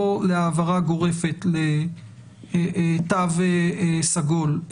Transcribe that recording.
לא להעברה גורפת לתו סגול,